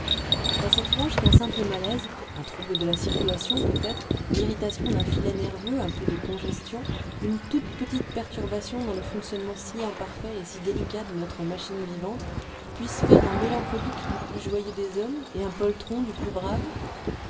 est-ce étrange qu'un simple malaise un trouble de la circulation peut-être l'irritation d'un filet nerveux un peu de congestion une toute petite perturbation dans le fonctionnement si imparfait et si délicat de notre machine vivante puisse faire un mélancolique du plus joyeux des hommes et un poltron du plus brave